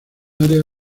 área